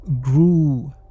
grew